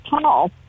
tall